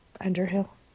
Underhill